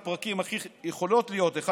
מה שאני הולך לתאר לכם לדעתי יכול להיות אחד